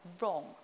wrong